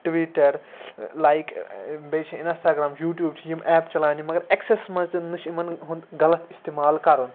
Twitter like بیٚیہِ چھِ Instagram YouTube چھِ یِم ایپ چلاونہِ مگر اٮ۪کسَس منٛز تہِ نَہ چھِ یِمَن ہُنٛد غلط استعمال کَرُن